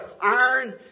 iron